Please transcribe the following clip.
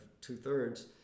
two-thirds